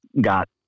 got